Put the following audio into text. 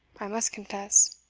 i must confess.